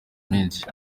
menshi